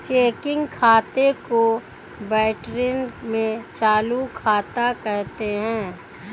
checking खाते को Britain में चालू खाता कहते हैं